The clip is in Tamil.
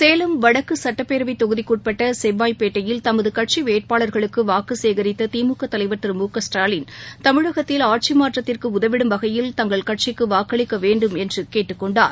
சேலம் வடக்கு சுட்டப்பேரவைத்தொகுதிக்குட்பட்ட செவ்வாய்பேட்டையில் தமது கட்சி வேட்பாளர்களுக்கு வாக்குசேகரித்த திமுக தலைவர் திரு மு க ஸ்டாலின் தமிழகத்தில் ஆட்சி மாற்றத்திற்கு உதவிடும் வகையில் தங்கள் கட்சிக்கு வாக்களிக்கவேண்டும் என்று கேட்டுக்கொண்டார்